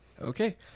Okay